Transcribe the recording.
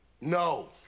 No